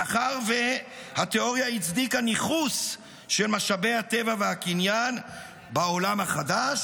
מאחר שהתיאוריה הצדיקה ניכוס של משאבי הטבע והקניין בעולם החדש,